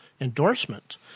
endorsement